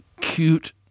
cute